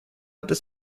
des